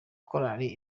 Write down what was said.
korali